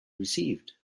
received